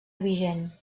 vigent